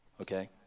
okay